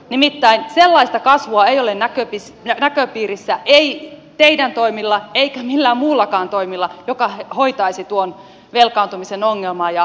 nimittäin sellaista kasvua ei ole näköpiirissä ei teidän toimillanne eikä millään muillakaan toimilla joka hoitaisi tuon velkaantumisen ongelman ja lisäsopeutustarpeen